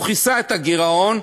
והוא כיסה את הגירעון,